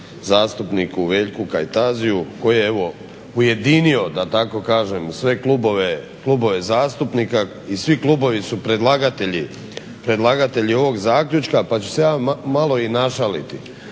zastupniku Veljku Kajtaziju koji evo ujedinio da tako kažem sve klubove zastupnika i svi klubovi su predlagatelji ovog zaključka, pa ću se ja malo i našaliti.